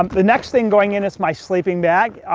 um the next thing going in is my sleeping bag.